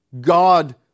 God